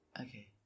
Okay